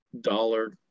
dollar